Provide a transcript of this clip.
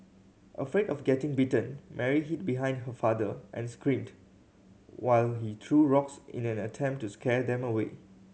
afraid of getting bitten Mary hid behind her father and screamed while he threw rocks in an attempt to scare them away